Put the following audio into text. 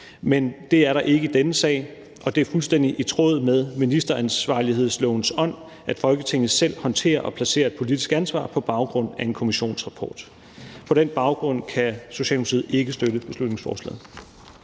men det er der ikke i denne sag, og det er fuldstændig i tråd med ministeransvarlighedslovens ånd, at Folketinget selv håndterer og placerer et politisk ansvar på baggrund af en kommissionsrapport. På den baggrund kan Socialdemokratiet ikke støtte beslutningsforslaget.